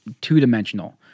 two-dimensional